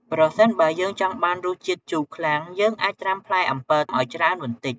ប្រសិនបើយើងចង់បានរសជាតិជូរខ្លាំង យើងអាចត្រាំផ្លែអំពិលឲ្យច្រើនបន្តិច។